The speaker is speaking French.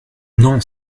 non